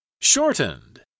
Shortened